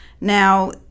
Now